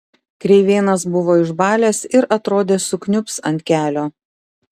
kreivėnas buvo išbalęs ir atrodė sukniubs ant kelio